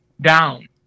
down